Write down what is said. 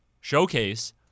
showcase